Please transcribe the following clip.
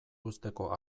uzteko